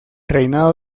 reinado